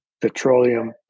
petroleum